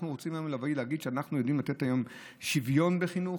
אנחנו יכולים להגיד שאנחנו יודעים לתת היום שוויון בחינוך?